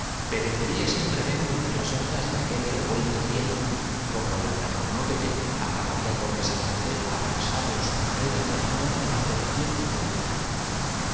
perecería sin remedio entre las ondas de aquel re ra previsto todo vuelto piélago como el anacronópete acabaría por y cómo neutraliza su señoría esos efectos desaparecer abrasado en su carrera en razón de la fro muy sencillamente haciéndome inalterable mer tación y el movimiento